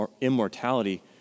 immortality